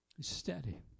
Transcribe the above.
Steady